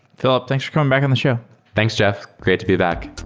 philip, thanks for coming back on the show thanks, jeff. great to be back.